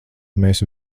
mēs